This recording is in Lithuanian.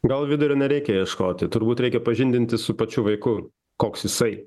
gal vidurio nereikia ieškoti turbūt reikia pažindintis su pačiu vaiku koks jisai